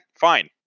fine